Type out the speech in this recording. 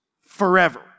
forever